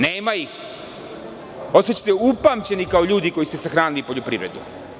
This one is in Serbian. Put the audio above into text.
Nema ih, ostaćete upamćeni kao ljudi koji su sahranili poljoprivredu.